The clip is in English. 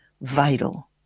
vital